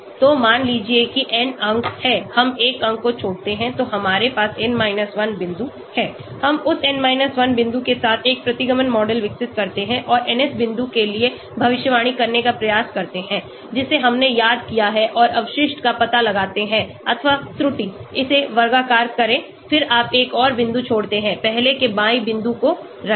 तो मान लीजिए कि n अंक हैं हम एक अंक को छोड़ते हैं तो हमारे पास n 1 बिंदु है हम उस n 1 बिंदु के साथ एक प्रतिगमन मॉडल विकसित करते हैं और nth बिंदु के लिए भविष्यवाणी करने का प्रयास करते हैं जिसे हमने याद किया है और अवशिष्ट का पता लगाते हैं अथवा त्रुटि इसे वर्गाकार करें फिर आप एक और बिंदु छोड़ते हैं पहले के बायें बिंदु को रखें